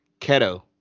Keto